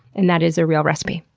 and that is a real recipe.